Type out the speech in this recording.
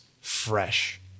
fresh